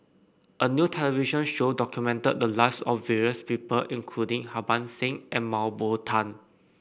a new television show documented the lives of various people including Harbans Singh and Mah Bow Tan